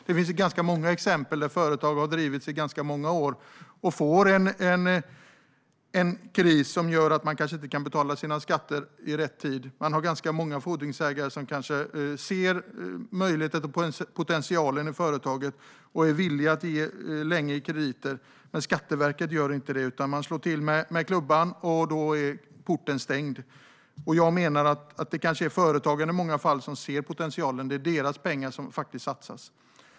Det finns ganska många exempel på företag som har drivits i ganska många år och som drabbats av en kris som gör att man inte kan betala sina skatter i rätt tid. Man har kanske ganska många fordringsägare som ser potentialen i företaget och är villiga att ge längre krediter. Men skattemyndigheterna gör det inte utan slår till med klubban, och då är porten stängd. Jag menar att det i många fall är företagarna som ser potentialen. Det är faktiskt deras pengar som satsas.